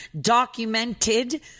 documented